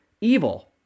evil